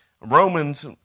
Romans